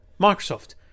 Microsoft